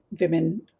women